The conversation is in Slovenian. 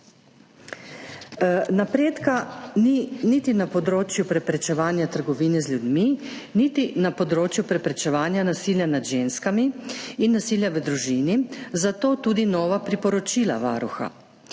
Napredka ni niti na področju preprečevanja trgovine z ljudmi niti na področju preprečevanja nasilja nad ženskami in nasilja v družini, zato tudi nova priporočila Varuha.